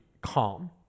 calm